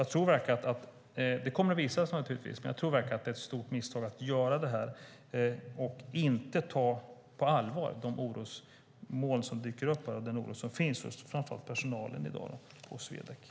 Jag tror verkligen att det är ett stort misstag att göra detta och inte ta den oro som finns hos personalen på Swedec på allvar.